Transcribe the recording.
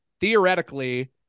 theoretically